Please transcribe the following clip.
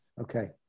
Okay